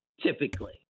typically